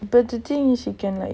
but the thing is you can like